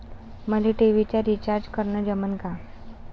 मले टी.व्ही चा रिचार्ज करन जमन का?